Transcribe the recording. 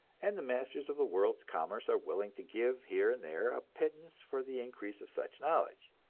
and the masters of the world's commerce are willing to give here and there a pittance for the increase of such knowledge.